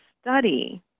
study